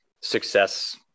success